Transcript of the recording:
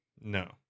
No